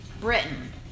Britain